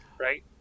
right